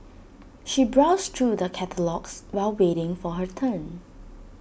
she browsed through the catalogues while waiting for her turn